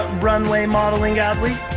ah runway modeling, adley?